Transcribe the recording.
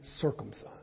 circumcised